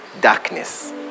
darkness